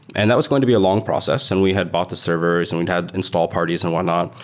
and that was going to be a long process and we had bought the servers and we had install parties and whatnot,